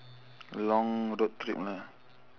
long road trip lah